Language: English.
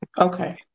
Okay